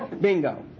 bingo